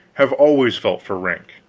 have always felt for rank,